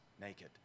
naked